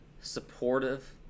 supportive